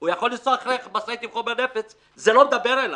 הוא יכול לנסוע אחרי משאית עם חומר נפץ וזה לא מדבר עליו.